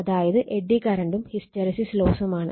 അതായത് എഡ്ഡി കറന്റും ഹിസ്റ്റെറിസിസ് ലോസുമാണ്